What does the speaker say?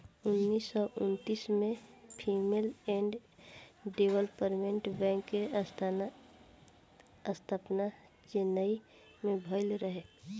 उन्नीस सौ उन्तीस में फीमेल एंड डेवलपमेंट बैंक के स्थापना चेन्नई में भईल रहे